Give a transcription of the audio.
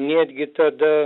netgi tada